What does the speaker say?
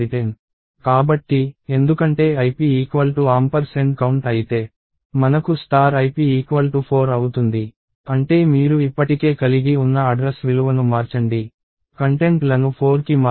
కాబట్టి ఎందుకంటే ip count అయితే మనకు ip 4 అవుతుంది అంటే మీరు ఇప్పటికే కలిగి ఉన్న అడ్రస్ విలువను మార్చండి కంటెంట్లను 4కి మార్చండి